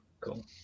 cool